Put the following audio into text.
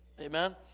amen